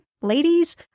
ladies